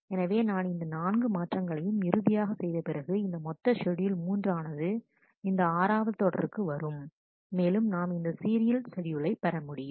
எனவே நான் இந்த 4 மாற்றங்களையும் இறுதியாக செய்தபிறகு இந்த மொத்த ஷெட்யூல் 3 ஆனது இந்த ஆறாவது தொடருக்கு வரும் மேலும் நாம் இந்த சீரியல் ஷெட்யூலை பெற முடியும்